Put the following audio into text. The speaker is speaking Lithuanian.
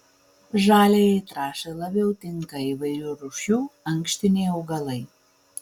žaliajai trąšai labiau tinka įvairių rūšių ankštiniai augalai